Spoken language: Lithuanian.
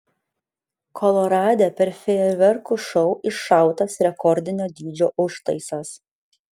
kolorade per fejerverkų šou iššautas rekordinio dydžio užtaisas